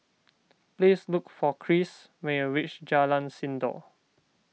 please look for Cris when you reach Jalan Sindor